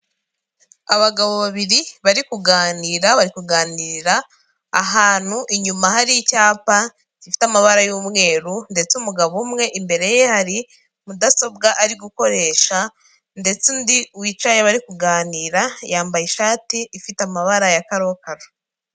Abagabo babiri bari kuganira, bari kuganirarira ahantu, inyuma hari icyapa gifite amabara y'umweru ndetse umugabo umwe, imbere ye hari mudasobwa ari gukoresha ndetse undi wicaye bari kuganira, yambaye ishati ifite amabara ya karokaro.